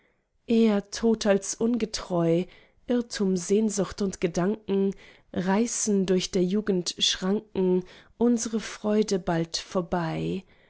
eher tot als ungetreu irrtum sehnsucht und gedanken reißen durch der jugend schranken unsre freude bald vorbei